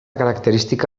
característica